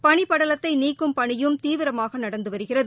பனிப்படலத்தை நீக்கும் பணியும் தீவிரமாக நடந்து வருகிறது